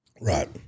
Right